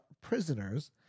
prisoners